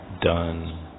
done